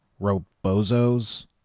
robozos